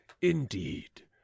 indeed